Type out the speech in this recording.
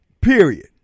Period